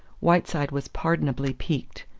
whiteside was pardonably piqued.